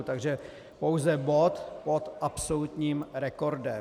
Takže pouze bod pod absolutním rekordem.